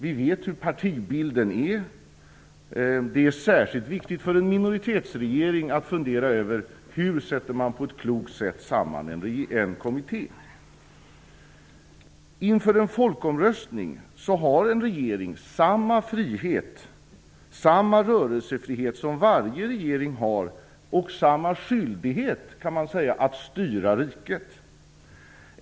Vi vet hur partibilden ser ut. Det är särskilt viktigt för en minoritetsregering att fundera över hur man på ett klokt sätt sätter samman en kommitté. Inför en folkomröstning har en regering samma rörelsefrihet som varje regering har och, kan man säga, samma skyldighet att styra riket.